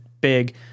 big